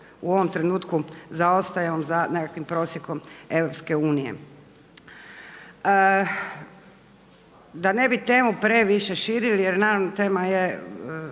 u ovom trenutku zaostajemo za nekakvim prosjekom EU. Da ne bi temu previše širili jer naravno tema je